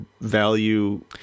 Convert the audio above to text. value